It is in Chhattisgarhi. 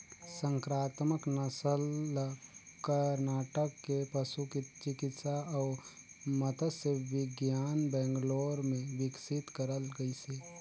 संकरामक नसल ल करनाटक के पसु चिकित्सा अउ मत्स्य बिग्यान बैंगलोर ले बिकसित करल गइसे